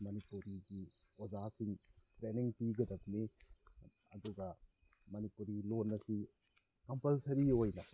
ꯃꯅꯤꯄꯨꯔꯤꯒꯤ ꯑꯣꯖꯥꯁꯤꯡ ꯇ꯭ꯔꯦꯅꯤꯡ ꯄꯤꯒꯗꯕꯅꯤ ꯑꯗꯨꯒ ꯃꯅꯤꯄꯨꯔꯤ ꯂꯣꯟ ꯑꯁꯤ ꯀꯝꯄꯜꯁꯔꯤ ꯑꯣꯏꯅ